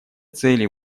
цели